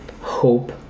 hope